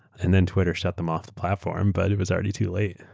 and then twitter shut them off the platform, but it was already too late.